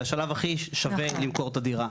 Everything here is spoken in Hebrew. זה השלב הכי שווה למכור את הדירה.